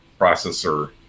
processor